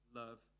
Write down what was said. love